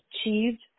achieved